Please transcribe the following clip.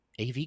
AV